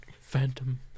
Phantom